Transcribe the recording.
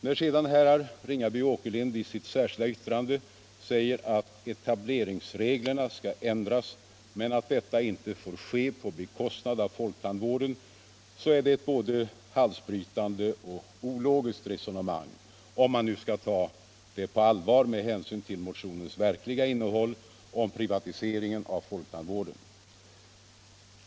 När sedan herrar Ringaby och Åkerlind i sitt särskilda yttrande säger att etableringsreglerna skall ändras men att detta inte får ske på bekostnad av folktandvården, så är det ett både halsbrytande och ologiskt resonemang, om man nu skall ta det på allvar med hänsyn till motionens verkliga innehåll om privatiseringen av folktandvården.